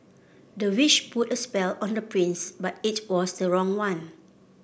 the witch put a spell on the prince but it was the wrong one